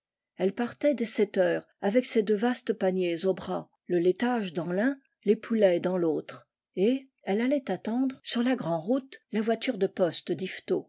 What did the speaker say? elle partait dès sept heures avec ses deux vastes paniers aux bras le laitage dans l'un les poulets dans l'autre et elle allait attendre sur la crrand route la voiture de poste